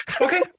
Okay